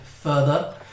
further